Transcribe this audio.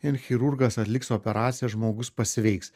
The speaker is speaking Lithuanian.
ir chirurgas atliks operaciją žmogus pasveiks